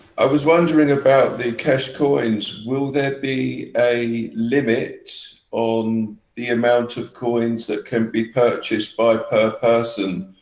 i was wondering about the keshe coins, will there be a limit on the amount of coins that can be purchased by per person,